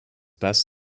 best